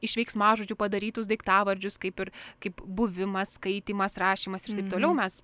iš veiksmažodžių padarytus daiktavardžius kaip ir kaip buvimas skaitymas rašymas ir taip toliau mes